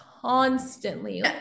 constantly